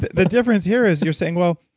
the difference here is your saying, well,